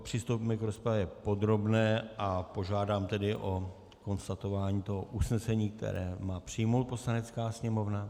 Přistoupíme k rozpravě podrobné a požádám tedy konstatování toho usnesení, které má přijmout Poslanecká sněmovna.